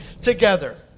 together